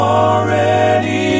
already